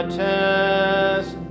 test